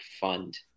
fund